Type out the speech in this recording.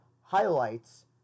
highlights